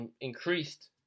increased